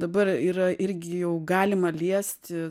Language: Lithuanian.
dabar yra irgi jau galima liesti